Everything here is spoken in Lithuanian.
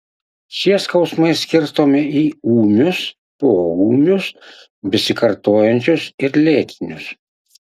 šie skausmai skirstomi į ūmius poūmius besikartojančius ir lėtinius